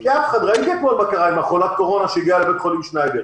כי אף אחד ראיתם מה קרה עם חולת הקורונה שהגיעה לבית החולים שניידר